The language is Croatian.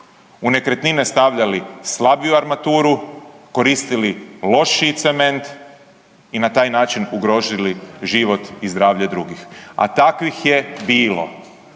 u nekretnine stavljali slabiju armaturu, koristili lošiji cement i na taj način ugrozili život i zdravlje drugih. A takvih je bilo,